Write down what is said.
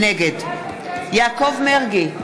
נגד יעקב מרגי,